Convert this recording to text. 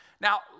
Now